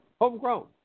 Homegrown